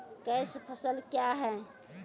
Cash फसल क्या हैं?